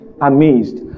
amazed